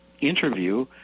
interview